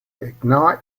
ignite